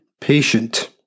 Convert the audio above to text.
patient